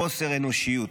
בחוסר אנושיות.